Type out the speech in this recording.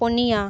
ᱯᱩᱱᱭᱟᱹ